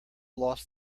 lost